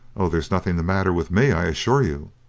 oh, there's nothing the matter with me, i assure you.